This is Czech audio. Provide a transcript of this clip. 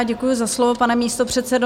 Děkuji za slovo, pane místopředsedo.